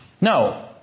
No